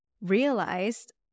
realized